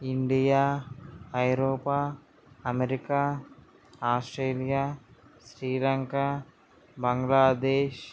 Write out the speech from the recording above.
India Europe America Australia Sri Lanka Bangladesh